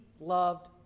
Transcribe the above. loved